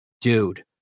dude